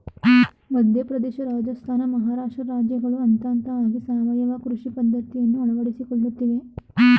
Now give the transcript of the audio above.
ಮಧ್ಯಪ್ರದೇಶ, ರಾಜಸ್ಥಾನ, ಮಹಾರಾಷ್ಟ್ರ ರಾಜ್ಯಗಳು ಹಂತಹಂತವಾಗಿ ಸಾವಯವ ಕೃಷಿ ಪದ್ಧತಿಯನ್ನು ಅಳವಡಿಸಿಕೊಳ್ಳುತ್ತಿವೆ